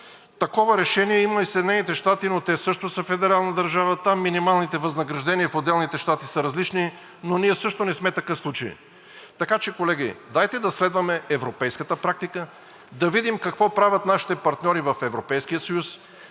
Такова решение имат и Съединените щати, но те също са федерална държава, там минималните възнаграждения в отделните щати са различни, но ние също не сме такъв случай. Така че, колеги, дайте да следваме европейската практика, да видим какво правят нашите партньори в Европейския съюз,